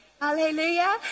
Hallelujah